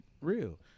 real